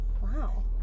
Wow